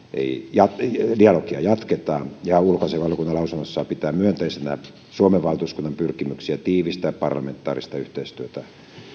dialogia jatketaan ulkoasiainvaliokunta lausunnossaan pitää myönteisenä suomen valtuuskunnan pyrkimyksiä tiivistää parlamentaarista yhteistyötä